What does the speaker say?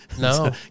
No